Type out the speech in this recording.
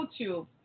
YouTube